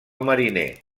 mariner